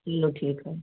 लो ठीक है